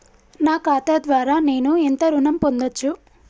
నా ఖాతా ద్వారా నేను ఎంత ఋణం పొందచ్చు?